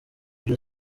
byo